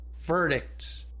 Verdicts